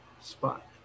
spot